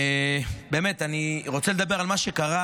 אני רוצה לדבר על מה שקרה